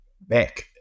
back